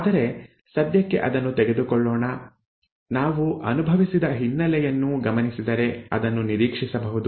ಆದರೆ ಸದ್ಯಕ್ಕೆ ಅದನ್ನು ತೆಗೆದುಕೊಳ್ಳೋಣ ನಾವು ಅನುಭವಿಸಿದ ಹಿನ್ನೆಲೆಯನ್ನು ಗಮನಿಸಿದರೆ ಅದನ್ನು ನಿರೀಕ್ಷಿಸಬಹುದು